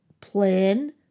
plan